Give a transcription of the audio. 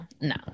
no